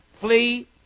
flee